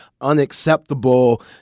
unacceptable